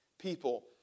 people